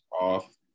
off